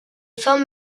formes